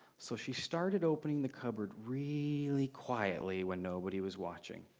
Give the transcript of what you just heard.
so she started opening the cupboard really quietly when nobody was watching.